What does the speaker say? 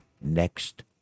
next